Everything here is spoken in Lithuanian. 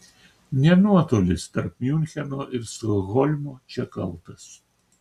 ne nuotolis tarp miuncheno ir stokholmo čia kaltas